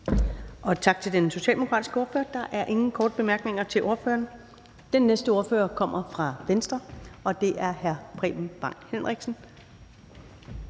Tak til den socialdemokratiske ordfører. Der er ingen korte bemærkninger til ordføreren. Den næste ordfører kommer fra Venstre, og det er hr. Preben Bang Henriksen.